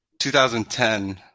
2010